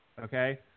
okay